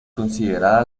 considerada